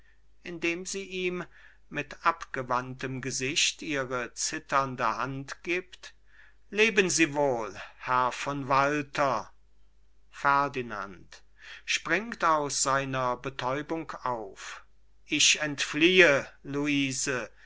indem sie ihm mit abgewandtem gesicht ihre zitternde hand gibt leben sie wohl herr von walter ferdinand springt aus seiner betäubung auf ich entfliehe luise